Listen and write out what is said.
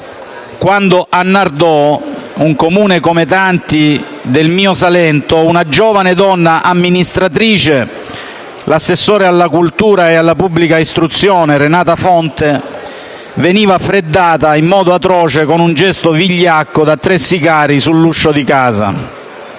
quando a Nardò, un Comune come tanti del mio Salento, una giovane donna amministratrice, l'assessore alla cultura e alla pubblica istruzione, Renata Fonte, veniva freddata in modo atroce, con gesto vigliacco, da tre sicari sull'uscio di casa.